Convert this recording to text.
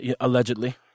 allegedly